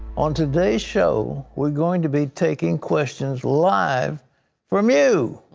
on today's show, we're going to be taking questions live from you.